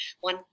one